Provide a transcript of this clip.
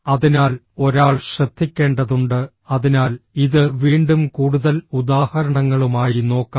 അതിനാൽ ഒരാൾ ശ്രദ്ധിക്കേണ്ടതുണ്ട് അതിനാൽ ഇത് വീണ്ടും കൂടുതൽ ഉദാഹരണങ്ങളുമായി നോക്കാം